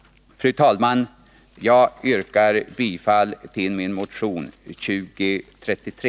Fru talman! Jag yrkar bifall till min motion 2033.